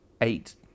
eight